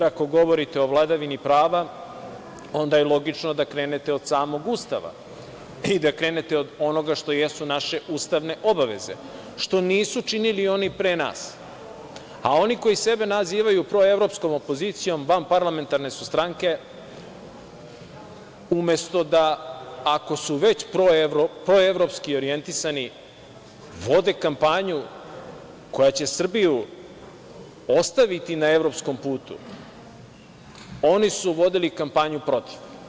Ako govorite o vladavini prava, onda je logično da krenete od samog Ustava i da krenete od onoga što jesu naše ustavne obaveze, što nisu činili oni pre nas, a oni koji sebe nazivaju proevropskom opozicijom, a vanparlamentarne su stranke, umesto da, ako su već proevropski orijentisani, vode kampanju koja će Srbiju ostaviti na evropskom putu, oni su vodili kampanju protiv.